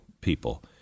people